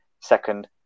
second